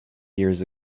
years